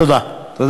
תודה.